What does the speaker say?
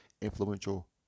influential